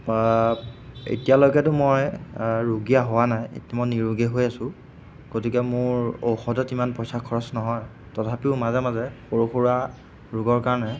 এতিয়ালৈকেতো মই ৰোগীয়া হোৱা নাই এতিয়া মই নিৰোগী হৈ আছো গতিকে মোৰ ঔষধত ইমান পইচা খৰচ নহয় তথাপিও মাজে মাজে সৰু সুৰা ৰোগৰ কাৰণে